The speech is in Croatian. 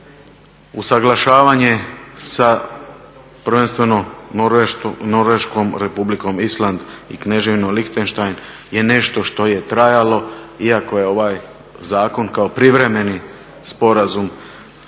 usuglašavanje sa prvenstveno sa Norveškom Republikom Island i Kneževinom Lihtenštajn ne nešto što je trajalo iako je ovaj zakon kao privremeni sporazum